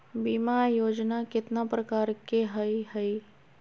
बीमा योजना केतना प्रकार के हई हई?